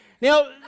Now